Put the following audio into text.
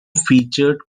featured